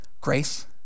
grace